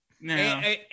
no